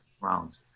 rounds